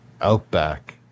Outback